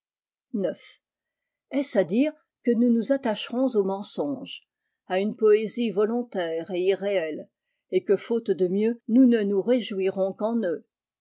est-ce à dire que nous nous attacherons i ix mensonges à une poésie volontaire et irréelle et que faute de mieux nous ne nous réjouirons qu'en eux